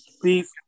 please